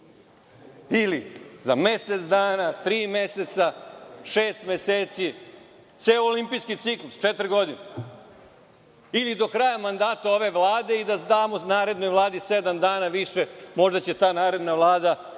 ili za mesec dana, tri meseca, šest meseci, ceo olimpijski ciklus, četiri godine ili do kraja mandata ove vlade i da damo narednoj vladi sedam dana više. Možda će ta naredna vlada